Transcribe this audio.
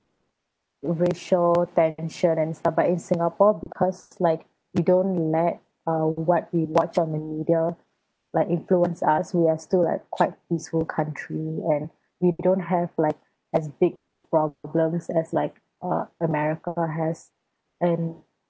racial tension and stuff but in singapore cause like we don't let uh what we watched on the media like influence us we are still like quite peaceful country and we don't have like as big problems as like uh america has and